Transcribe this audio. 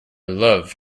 love